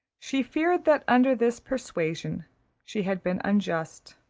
she feared that under this persuasion she had been unjust,